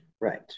Right